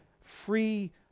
free